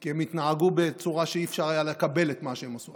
כי הם התנהגו בצורה שאי-אפשר היה לקבל את מה שהם עשו.